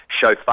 show